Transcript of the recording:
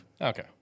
Okay